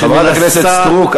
חברת הכנסת סטרוק,